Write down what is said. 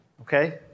Okay